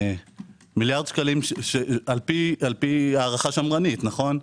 לפי הערכה שמרנית, נכון?